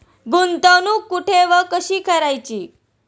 गुंतवणूक कुठे व कशी करायची?